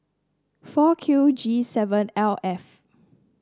four Q G seven L F